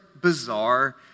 bizarre